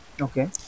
Okay